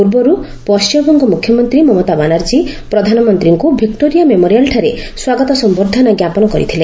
ପୂର୍ବରୁ ପଶ୍ଚିମବଙ୍ଗ ମୁଖ୍ୟମନ୍ତ୍ରୀ ମମତା ବାନାର୍ଚ୍ଚୀ ପ୍ରଧାନମନ୍ତ୍ରୀଙ୍କୁ ଭିକ୍ଟୋରିଆ ମେମୋରିଆଲ୍ଠାରେ ସ୍ୱାଗତ ସମ୍ଭର୍ଦ୍ଧନା ଜ୍ଞାପନ କରିଥିଲେ